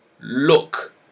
look